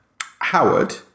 Howard